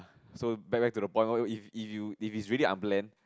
so back back to the point what if if you if it's really unplanned